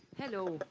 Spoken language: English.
hello.